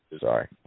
Sorry